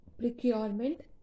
procurement